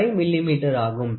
545 மில்லிமீட்டராகும்